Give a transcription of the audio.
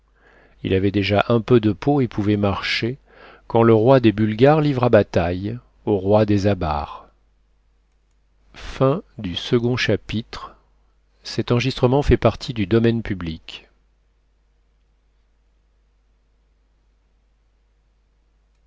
il avait déjà un peu de peau et pouvait marcher quand le roi des bulgares livra bataille au roi des abares chapitre